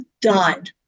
died